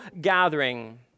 gathering